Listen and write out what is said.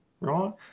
right